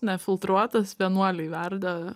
nefiltruotas vienuoliai verda